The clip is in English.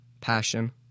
passion